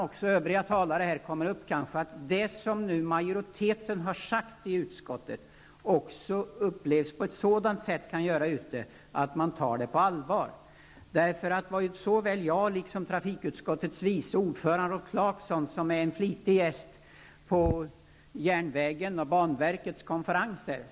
Jag tror att det är viktigt att det som majoriteten i utskottet har sagt upplevs på ett sådant sätt att man tar det på allvar. Både trafikutskottets vice ordförande Rolf Clarkson och jag är flitiga gäster på järnvägen och banverkets konferenser.